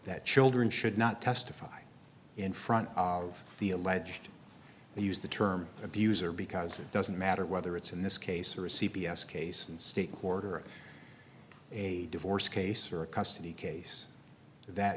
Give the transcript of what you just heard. that children should not testify in front of the alleged they use the term abuser because it doesn't matter whether it's in this case or a c p s case and state quarter of a divorce case or a custody case that